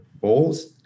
balls